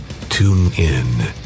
TuneIn